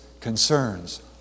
concerns